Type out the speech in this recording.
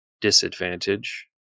Disadvantage